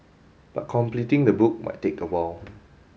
but completing the book might take a while